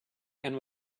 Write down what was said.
and